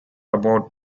about